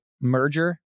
merger